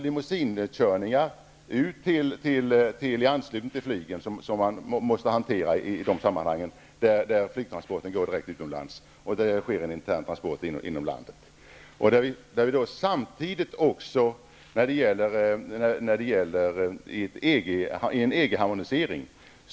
Det gäller t.ex. limousinekörningar i anslutning till flygtransporterna, då flygtransporten går direkt utomlands, och där det sker en intern transport inom landet. Dessa frågor bearbetas också inom EG med tanke på en EG-harmonisering.